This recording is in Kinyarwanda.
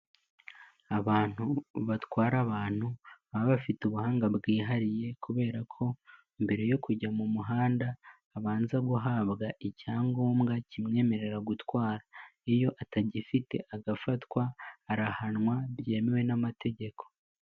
Abantu batwara abantu baba bafite ubuhanga bwihariye kubera ko mbere yo kujya mu muhanda abanza guhabwa icyangombwa kimwemerera gutwara, iyo atagifite agafatwa arahanwa byemewe n'amategeko.